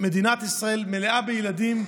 מדינת ישראל מלאה בילדים,